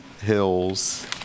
Hills